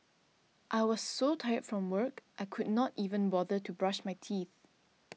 I was so tired from work I could not even bother to brush my teeth